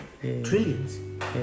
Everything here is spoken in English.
trillions